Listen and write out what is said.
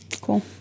Cool